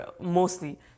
mostly